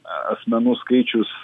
asmenų skaičius